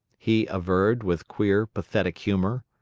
he averred, with queer, pathetic humor.